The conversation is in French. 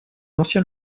ancien